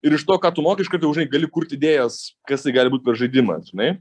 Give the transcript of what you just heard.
ir iš to ką tu moki iškart jau žinai gali kurt idėjas kas tai gali būt per žaidimas žinai